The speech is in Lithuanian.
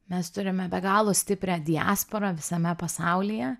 mes turime be galo stiprią diasporą visame pasaulyje